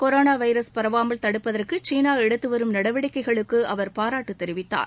corona virus பரவாமல் தடுப்பதற்கு China எடுத்துவரும் நடவடிக்கைகளுக்கு அவர் பாராட்டு தெரிவித்தார்